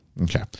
Okay